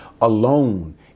alone